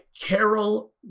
Carol